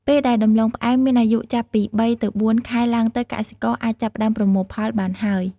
ពេលដែលដំឡូងផ្អែមមានអាយុចាប់ពី ៣ ទៅ ៤ ខែឡើងទៅ កសិករអាចចាប់ផ្ដើមប្រមូលផលបានហើយ។